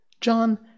John